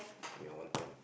ya one time